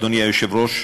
אדוני היושב-ראש,